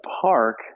park